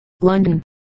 London